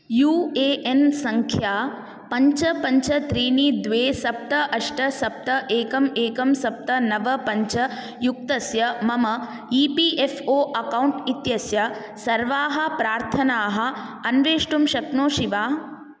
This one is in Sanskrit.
यू ए एन् सङ्ख्या पञ्च पञ्च त्रीणि द्वे सप्त अष्ट सप्त एकम् एकं सप्त नव पञ्च युक्तस्य मम E P F O account इत्यस्य सर्वाः प्रार्थनाः अन्वेष्टुं शक्नोषि वा